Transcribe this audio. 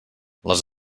les